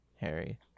Harry